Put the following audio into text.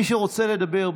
מי שרוצה לדבר,